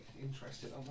interested